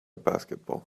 basketball